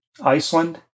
Iceland